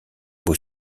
beau